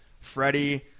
Freddie